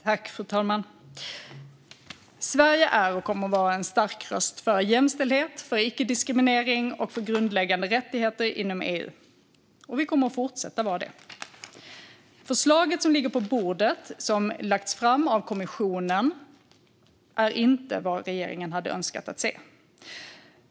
Fru talman! Sverige är och kommer att vara en stark röst för jämställdhet, för icke-diskriminering och för grundläggande rättigheter inom EU, och vi kommer att fortsätta att vara det. Det förslag som kommissionen har lagt på bordet är inte vad regeringen hade önskat.